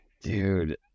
Dude